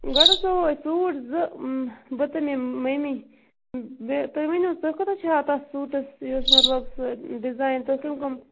گۄڈٕ حظ سُوَوَ أسۍ سوٗٹ زٕ بہٕ تہٕ مےٚ مٔمی بیٚیہِ تُہۍ ؤنِو تُہۍ کوٗتاہ چھِ ہٮ۪وان تَتھ سوٗٹَس یُس مطلب سُہ ڈِزایِن تُہۍ کَم کَم